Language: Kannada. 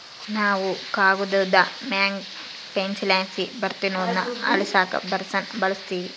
ನಾವು ಕಾಗದುದ್ ಮ್ಯಾಗ ಪೆನ್ಸಿಲ್ಲಾಸಿ ಬರ್ದಿರೋದ್ನ ಅಳಿಸಾಕ ರಬ್ಬರ್ನ ಬಳುಸ್ತೀವಿ